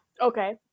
Okay